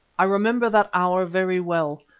i remember that hour very well,